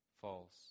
false